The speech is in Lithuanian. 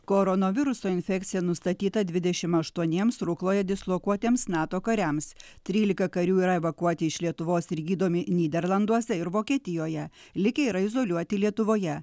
koronaviruso infekcija nustatyta dvidešim aštuoniems rukloje dislokuotiems nato kariams trylika karių yra evakuoti iš lietuvos ir gydomi nyderlanduose ir vokietijoje likę yra izoliuoti lietuvoje